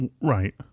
Right